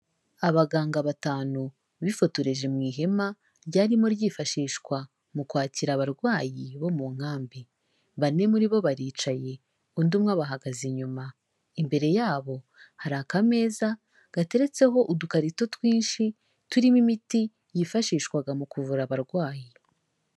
Abaganga batanu bifotoreje mu ihema ryarimo ryifashishwa mu kwakira abarwayi bo mu nkambi, bane muri bo baricaye, undi umwe abahagaze inyuma, imbere yabo hari akameza gateretseho udukarito twinshi turimo imiti yifashishwaga mu kuvura abarwayi.